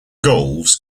goals